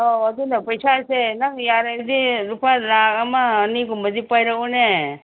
ꯑꯣ ꯑꯗꯨꯅ ꯄꯩꯁꯥꯁꯦ ꯅꯪ ꯌꯥꯔꯗꯤ ꯂꯨꯄꯥ ꯂꯥꯛ ꯑꯃ ꯑꯅꯤꯒꯨꯝꯕꯗꯤ ꯄꯥꯏꯔꯛꯑꯣꯅꯦ